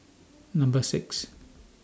Number six